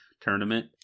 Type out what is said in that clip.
tournament